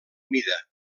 mida